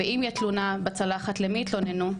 ואם תהיה תלונה בצלחת למי יתלוננו?